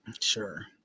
Sure